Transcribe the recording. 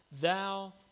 thou